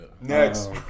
Next